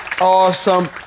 awesome